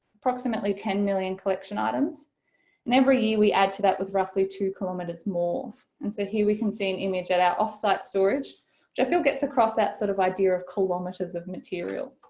approximately ten million collection items and every year we add to that with roughly two kilometers more, and so here we can see an image at our off-site storage which i feel gets across that sort of idea of kilometers of material.